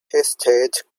hesitate